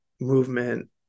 movement